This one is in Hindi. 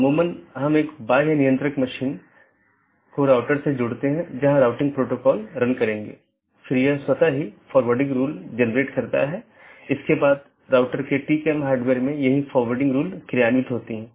नेटवर्क लेयर की जानकारी क्या है इसमें नेटवर्क के सेट होते हैं जोकि एक टपल की लंबाई और उपसर्ग द्वारा दर्शाए जाते हैं जैसा कि 14 202 में 14 लम्बाई है और 202 उपसर्ग है और यह उदाहरण CIDR रूट है